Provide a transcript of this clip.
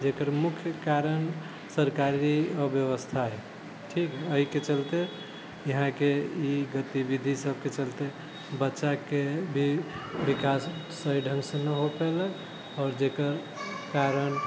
जेकर मुख्य कारण सरकारी अव्यवस्था अइ ठीक एहिके चलते यहाँके ई गतिविधि सभके चलते बच्चाके भी विकास सही ढङ्गसँ नहि हो पैलक आओर जेकर कारण